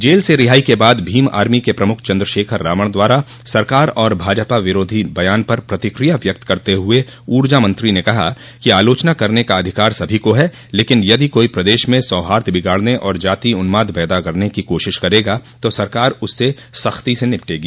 jail से रिहाई के बाद भीम आर्मी के प्रमुख चन्द्रशेखर रावण द्वारा सरकार और भाजपा विरोधी बयान पर प्रतिक्रिया व्यक्त करते हुए ऊर्जा मंत्री ने कहा कि आलोचना करने का अधिकार सभी को है लेकिन यदि कोई प्रदेश में सौहार्द बिगाड़ने और जातीय उन्माद पैदा करने की कोशिश करेगा तो सरकार उससे सख्ती से निपटेगी